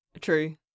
True